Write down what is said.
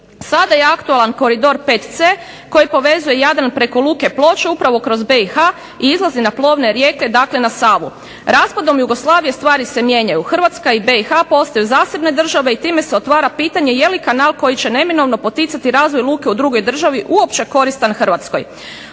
Sada je aktualan koridor 5c koji povezuje Jadran preko luke Ploče upravo kroz BiH i izlazi na plovne rijeke, dakle na Savu. Raspadom Jugoslavije stvari se mijenjaju. Hrvatska i BiH postaju zasebne države i time se otvara pitanje je li kanal koji će neminovno poticati razvoj luke u drugoj državi uopće koristan Hrvatskoj,